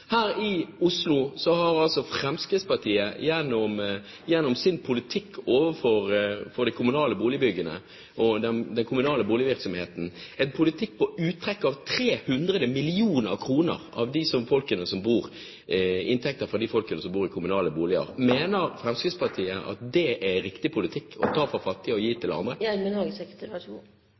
Her i Oslo har Fremskrittspartiet gjennom sin politikk overfor de kommunale boligbyggerne og den kommunale boligvirksomheten et uttrekk av 300 mill. kr i inntekter fra de folkene som bor i kommunale boliger. Mener Fremskrittspartiet at det er riktig politikk å ta fra de fattige og gi til andre?